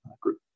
group